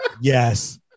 Yes